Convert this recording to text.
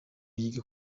yiga